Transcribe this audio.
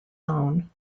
own